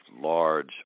large